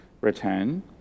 return